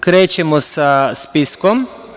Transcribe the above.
Krećemo sa spiskom.